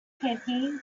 campaign